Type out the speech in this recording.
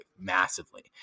massively